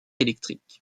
électrique